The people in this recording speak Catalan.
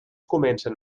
comencen